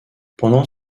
pendant